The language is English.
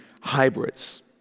hybrids